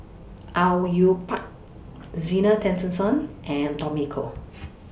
Au Yue Pak Zena Tessensohn and Tommy Koh